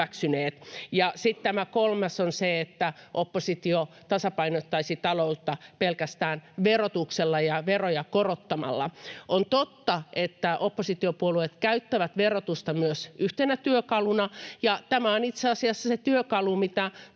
Sitten tämä kolmas on se, että oppositio tasapainottaisi taloutta pelkästään verotuksella ja veroja korottamalla. On totta, että oppositiopuolueet käyttävät verotusta myös yhtenä työkaluna, ja tämä on itse asiassa se työkalu, mitä